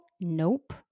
Nope